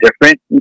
different